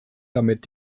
damit